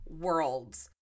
worlds